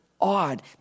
odd